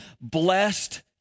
blessed